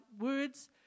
words